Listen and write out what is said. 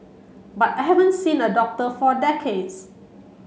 but I haven't seen a doctor for decades